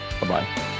Bye-bye